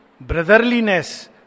brotherliness